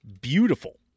beautiful